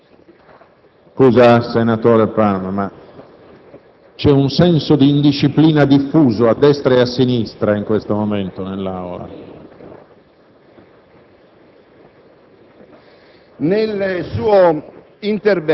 Ci provi, senatore Palma. PALMA *(FI)*. Signor Presidente, questo emendamento non tocca il provvedimento di sospensione dell'ordinamento giudiziario,